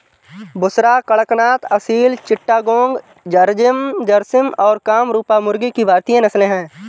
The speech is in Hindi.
बुसरा, कड़कनाथ, असील चिट्टागोंग, झर्सिम और कामरूपा मुर्गी की भारतीय नस्लें हैं